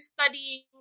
studying